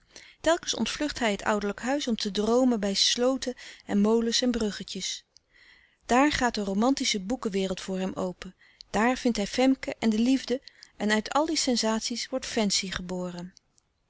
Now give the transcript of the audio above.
telkens ontvlucht hij het ouderlijk huis om te droomen bij slooten en molens en bruggetjes daar gaat de romantische boekenwereld voor hem open daar vindt hij femke en de liefde en uit al die sensaties wordt fancy geboren